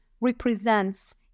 represents